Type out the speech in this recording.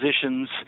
positions